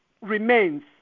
remains